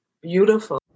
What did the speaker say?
beautiful